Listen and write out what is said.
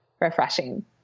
refreshing